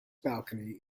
balcony